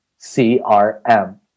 CRM